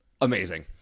amazing